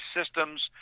systems